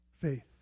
Faith